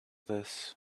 this